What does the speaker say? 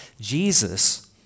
Jesus